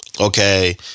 okay